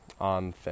on